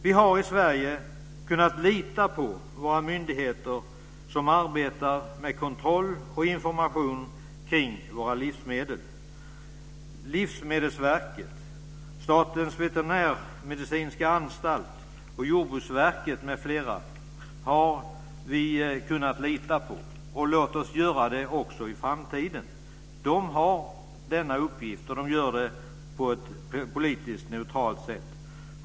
Vi har i Sverige kunnat lita på våra myndigheter som arbetar med kontroll och information kring våra livsmedel. Livsmedelsverket, Statens veterinärmedicinska anstalt, Jordbruksverket m.fl. har vi kunnat lita på, och låt oss göra det också i framtiden. De har denna uppgift, och de utför den på ett politiskt neutralt sätt.